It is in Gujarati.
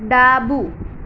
ડાબું